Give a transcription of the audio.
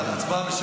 הצבעה בשבוע הבא.